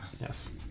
Yes